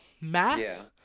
Math